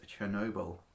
Chernobyl